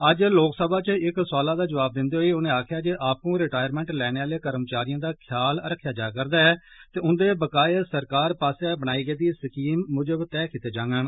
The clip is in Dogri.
अज्ज लोकसभा च इक सुआलै दा जवाब दिन्दे होई उनें आक्खेआ जे आपू रिटायरमेंट लैने आले कर्मचारिएं दा ख्याल रक्खेआ जा'रदा ऐ ते उन्दे बाकाए सरकार पास्सेआ बनाई गेदी स्कीम मुजब तय कीते जांडन